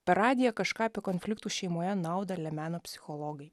per radiją kažką apie konfliktus šeimoje naudą lemeno psichologai